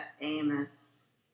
Amos